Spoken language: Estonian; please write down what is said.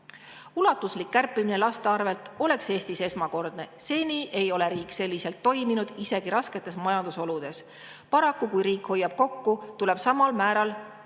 plaanid. Ulatuslik kärpimine laste arvelt oleks Eestis esmakordne. Seni ei ole riik selliselt toiminud isegi rasketes majandusoludes. Paraku, kui riik hoiab kokku, tuleb samal määral vahendeid